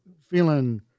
feeling